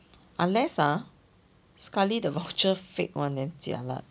unless ah sekali the voucher fake [one] then jialat